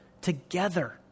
together